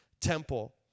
temple